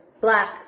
Black